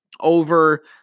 over